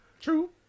True